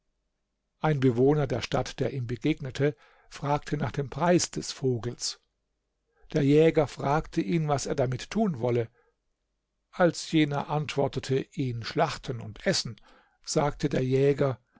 ein bewohner der stadt der ihm begegnete fragte nach dem preis des vogels der jäger fragte ihn was er damit tun wolle als jener antwortete ihn schlachten und essen sagte der jäger